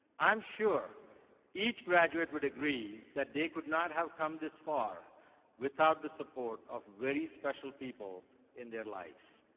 i am sure each graduate would agree that they could not have come this far without the support of very special people in their lives.